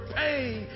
pain